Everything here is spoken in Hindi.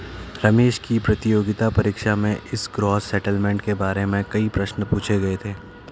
रमेश की प्रतियोगिता परीक्षा में इस ग्रॉस सेटलमेंट के बारे में कई प्रश्न पूछे गए थे